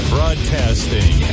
Broadcasting